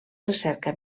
recerca